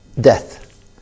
death